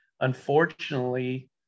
unfortunately